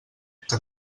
que